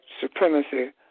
supremacy